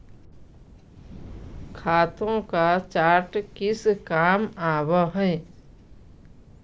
खातों का चार्ट किस काम आवअ हई